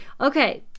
Okay